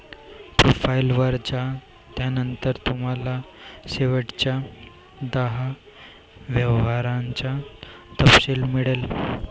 profile वर जा, त्यानंतर तुम्हाला शेवटच्या दहा व्यवहारांचा तपशील मिळेल